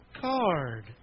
card